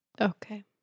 Okay